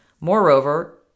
Moreover